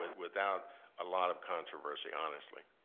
but without a lot of controversy, honestly.